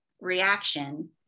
reaction